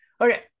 Okay